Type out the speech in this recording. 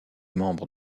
membre